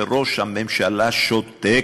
וראש הממשלה שותק.